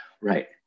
right